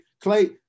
Clay